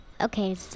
Okay